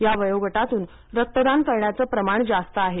या वयोगटातून रक्तदान करण्याचे प्रमाण जास्त आहे